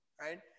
right